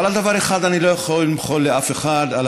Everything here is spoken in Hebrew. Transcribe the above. אבל על דבר אחד אני לא יכול למחול לאף אחד: על